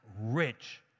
rich